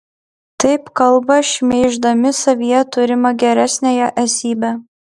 taip kalba šmeiždami savyje turimą geresniąją esybę